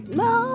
no